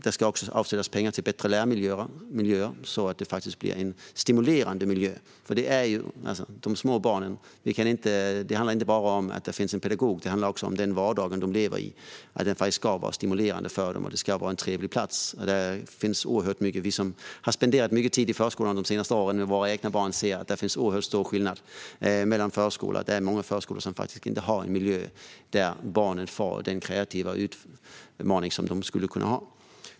Det ska också avsättas pengar till bättre lärmiljöer, så att det blir en stimulerande miljö. Det handlar inte bara om att det finns pedagoger för de små barnen. Det handlar också om att den vardag de lever i ska vara stimulerande för dem. Det ska vara en trevlig plats. Vi som har tillbringat mycket tid i förskolan med våra egna barn de senaste åren har sett att det finns oerhört stora skillnader mellan förskolor. Det är många förskolor som inte har en miljö där barnen får den kreativa utmaning som de skulle kunna ha.